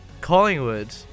Collingwood